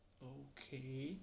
okay